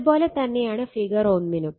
ഇത് പോലെ തന്നെയാണ് ഫിഗർ 1 നും